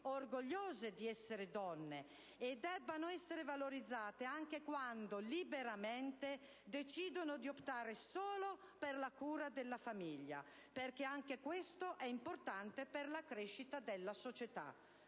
orgogliose di essere donne e debbano essere valorizzate anche quando liberamente decidono di optare solo per la cura della famiglia, perché anche questo è importante per la crescita della società.